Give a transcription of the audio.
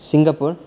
Singapore